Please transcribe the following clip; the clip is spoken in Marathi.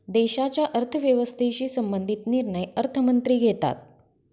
देशाच्या अर्थव्यवस्थेशी संबंधित निर्णय अर्थमंत्री घेतात